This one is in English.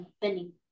Benny